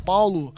Paulo